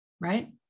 Right